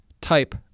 type